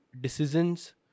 decisions